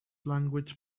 language